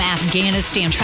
Afghanistan